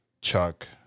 Chuck